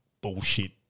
bullshit